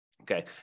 Okay